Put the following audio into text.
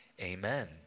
Amen